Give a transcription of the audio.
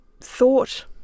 thought